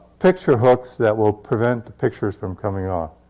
picture hooks that will prevent the pictures from coming off.